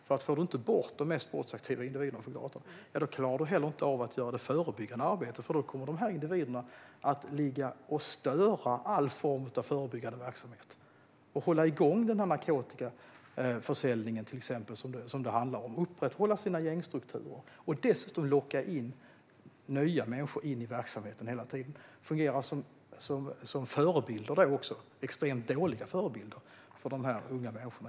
Får man inte bort de mest brottsaktiva individerna från gatan klarar man inte heller av att göra det förebyggande arbetet, eftersom dessa individer då kommer att störa all form av förebyggande verksamhet och hålla igång till exempel den narkotikaförsäljning som det handlar om, upprätthålla sina gängstrukturer och dessutom hela tiden locka in nya människor i verksamheten. De fungerar som förebilder, extremt dåliga förebilder, för dessa unga människor.